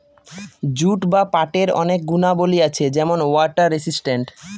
jute বা পাটের অনেক গুণাবলী আছে যেমন ওয়াটার রেসিস্টেন্ট